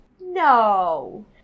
no